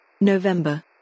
November